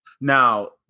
Now